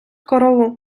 корову